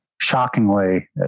shockingly